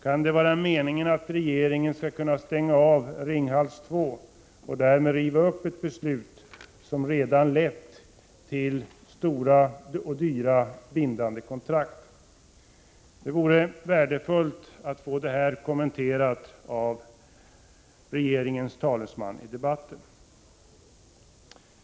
Kan det vara meningen att regeringen skall kunna stänga av Ringhals 2 och därmed riva upp ett beslut som redan lett till omfattande och dyra bindande kontrakt? Det vore värdefullt att få detta kommenterat av regeringens talesman i debatten.